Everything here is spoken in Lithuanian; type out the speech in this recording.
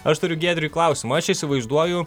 aš turiu giedriui klausimą aš įsivaizduoju